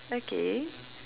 okay